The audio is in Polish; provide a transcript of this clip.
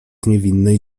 niewinnej